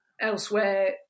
elsewhere